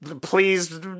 please